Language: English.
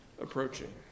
approaching